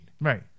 Right